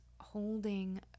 holding